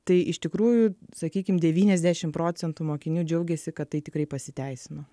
tai iš tikrųjų sakykim devyniasdešim procentų mokinių džiaugėsi kad tai tikrai pasiteisino